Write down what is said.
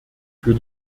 für